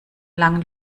langen